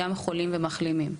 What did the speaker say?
גם חולים ומחלימים?